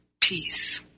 peace